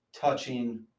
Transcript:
touching